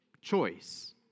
choice